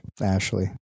ashley